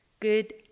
good